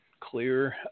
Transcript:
clear